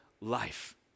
life